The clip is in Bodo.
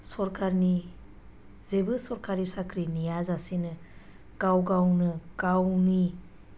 सरखारनि जेबो सरखारि साख्रि नेयाजासेनो गाव गावनो गावनि